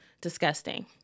disgusting